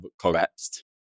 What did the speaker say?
collapsed